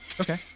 Okay